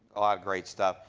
a lot of great stuff.